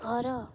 ଘର